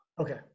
Okay